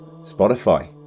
Spotify